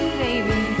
baby